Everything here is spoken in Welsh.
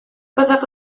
byddaf